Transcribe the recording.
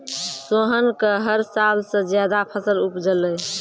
सोहन कॅ हर साल स ज्यादा फसल उपजलै